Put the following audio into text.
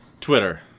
Twitter